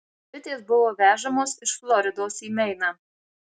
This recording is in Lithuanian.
bitės buvo vežamos iš floridos į meiną